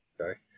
Okay